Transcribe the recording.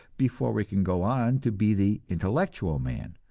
before we can go on to be the intellectual man,